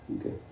okay